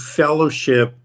fellowship